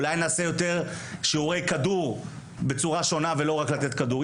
אולי נעשה יותר שיעורי כדור בצורה שונה ולא רק לתת כדור.